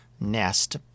Nest